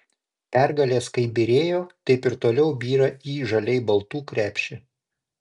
pergalės kaip byrėjo taip ir toliau byra į žaliai baltų krepšį